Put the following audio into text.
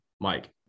Mike